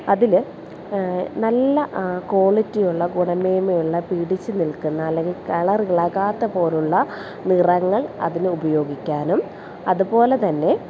അതിൽ നല്ല ക്വാളിറ്റിയുള്ള ഗുണമേന്മയുള്ള പിടിച്ച് നിൽക്കുന്ന അല്ലെങ്കിൽ കളർ ഇളകാത്ത പോലുള്ള നിറങ്ങൾ അതിന് ഉപയോഗിക്കാനും അതുപോലെത്തന്നെ